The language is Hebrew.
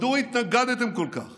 מדוע התנגדתם כל כך